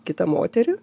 kitą moterį